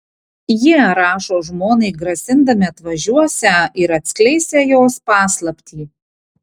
jie rašo žmonai grasindami atvažiuosią ir atskleisią jos paslaptį